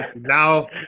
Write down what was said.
now